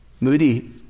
Moody